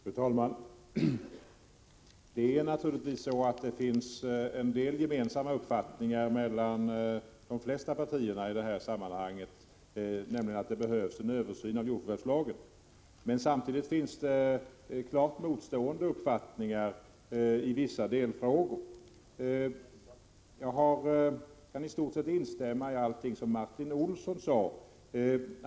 Fru talman! Det finns naturligtvis en del uppfattningar i det här sammanhanget som är gemensamma för de flesta partierna, nämligen att det behövs en översyn av jordförvärvslagen. Men samtidigt finns det klart motstående uppfattningar i vissa delfrågor. Jag kan i stort sett instämma i allt som Martin Olsson sade.